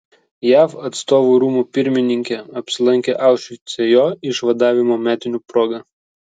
jav atstovų rūmų pirmininkė apsilankė aušvice jo išvadavimo metinių proga